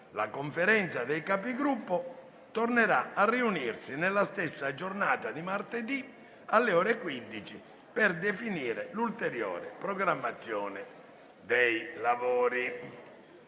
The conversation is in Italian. La Conferenza dei Capigruppo tornerà a riunirsi nella stessa giornata di martedì 19, alle ore 15, per definire l'ulteriore programmazione dei lavori.